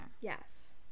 Yes